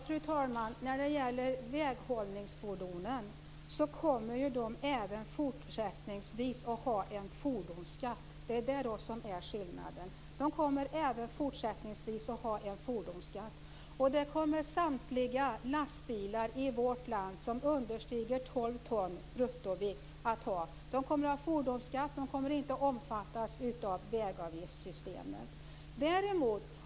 Fru talman! Väghållningsfordon kommer även fortsättningsvis att vara belagda med en fordonsskatt. Det är detta som är skillnaden. Samtliga lastbilar med en bruttovikt som överstiger 12 ton i vårt land kommer att vara skattepliktiga. Eftersom de är belagda med fordonsskatt omfattas de inte av vägavgiftssystemet.